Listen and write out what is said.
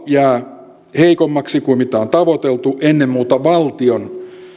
jää heikommaksi kuin mitä on tavoiteltu ennen muuta valtion